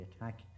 attack